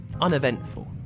uneventful